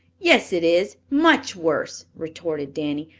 yes, it is, much worse, retorted danny.